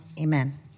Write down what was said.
Amen